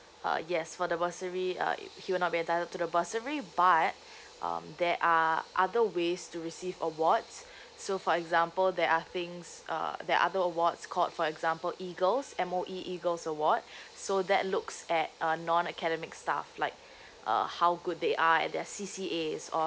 uh yes for the bursary uh he will not be entitled to the bursary but um there are other ways to receive awards so for example there are things uh there other awards called for example eagles M_O_E eagles award so that looks at uh non academic stuff like uh how good they are at their C C As or